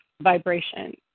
vibration